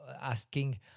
asking